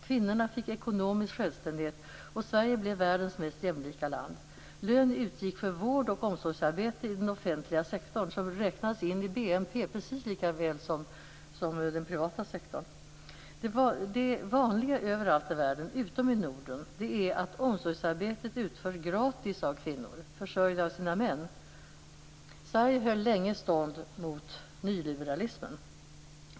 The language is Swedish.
Kvinnorna fick ekonomisk självständighet, och Sverige blev världens mest jämlika land. Lön utgick för vård och omsorgsarbete i den offentliga sektorn - som räknas in i BNP precis lika väl som den privata sektorn. Det vanliga överallt i världen utom i Norden är att omsorgsarbetet utförs gratis av kvinnor som blir försörjda av sina män. Sverige höll länge stånd mot nyliberalismen.